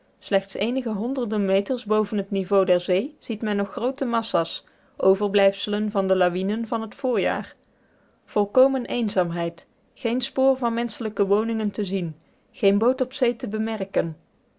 slechts eenige honderden meters boven het niveau der zee ziet men nog groote massa's overblijfselen van de lawinen van het voorjaar volkomen eenzaamheid geen spoor van menschelijke woningen te zien geen boot op zee te bemerken